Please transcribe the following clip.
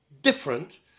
different